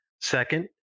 Second